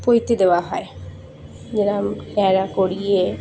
পইতে দেওয়া হয় যেরম ন্যাড়া করিয়ে